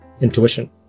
intuition